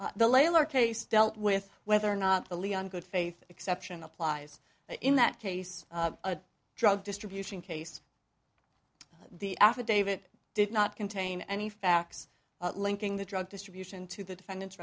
case the label or case dealt with whether or not the leon good faith exception applies in that case a drug distribution case the affidavit did not contain any facts linking the drug distribution to the defendant's